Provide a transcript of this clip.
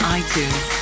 iTunes